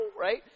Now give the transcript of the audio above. Right